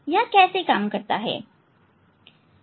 यह कैसे काम करता है